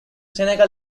seneca